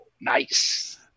nice